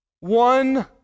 One